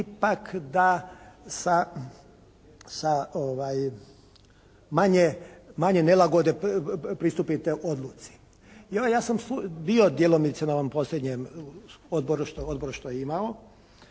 ipak da sa manje nelagode pristupite odluci. Ja sam bio djelomice na ovom posljednjem odboru, odbor što je imao